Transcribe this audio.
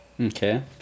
Okay